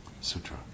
Sutra